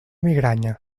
migranya